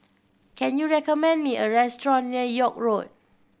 can you recommend me a restaurant near York Road